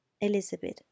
Elizabeth